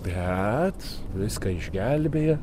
bet viską išgelbėja